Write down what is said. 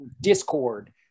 discord